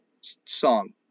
song